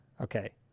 okay